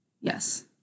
Yes